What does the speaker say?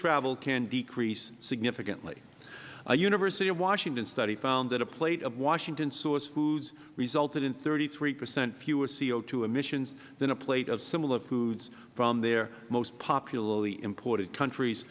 travel can decrease significantly a university of washington study found that a plate of washington sourced foods resulted in thirty three percent fewer co emissions than a plate of similar foods from their most popularly imported countries